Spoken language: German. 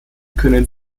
können